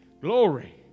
Glory